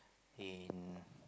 in